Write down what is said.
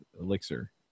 elixir